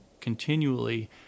continually